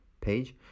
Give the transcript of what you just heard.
page